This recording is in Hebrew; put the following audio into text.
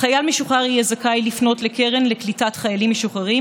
חייל משוחרר יהיה זכאי לפנות לקרן לקליטת חיילים משוחררים